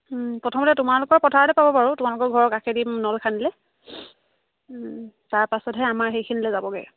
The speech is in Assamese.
প্ৰথমতে তোমালোকৰ পথাৰতে পাব বাৰু তোমালোকৰ ঘৰৰ কাষেদি নল খান্দিলে তাৰপাছতহে আমাৰ সেইখিনিলৈ যাবগৈ